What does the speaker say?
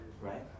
right